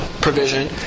provision